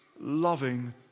loving